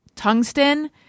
Tungsten